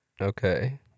Okay